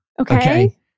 Okay